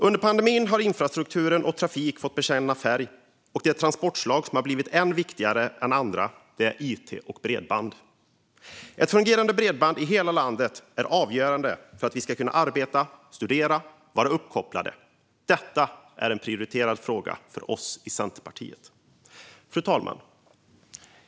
Under pandemin har infrastruktur och trafik fått bekänna färg, och det transportslag som blivit viktigare än andra är it och bredband. Ett fungerande bredband i hela landet är avgörande för att vi ska kunna arbeta, studera och vara uppkopplade. Detta är en prioriterad fråga för oss i Centerpartiet. Fru talman!